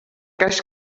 cas